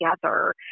together